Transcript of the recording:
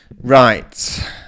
Right